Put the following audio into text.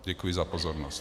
Děkuji za pozornost.